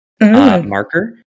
marker